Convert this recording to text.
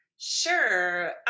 Sure